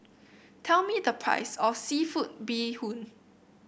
tell me the price of seafood Bee Hoon